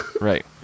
right